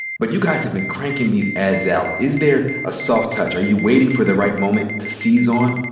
but you guys have been cranking these ads out. is there a soft touch? are you waiting for the right moment to seize on?